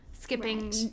skipping